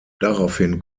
daraufhin